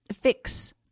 fix